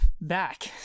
back